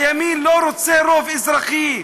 הימין לא רוצה רוב אזרחי,